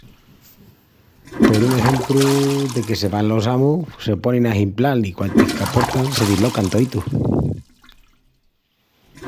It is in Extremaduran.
Por un exempru, deque se van los amus se ponin a himplal i quantis qu’aportan se dislocan toítus.